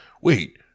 Wait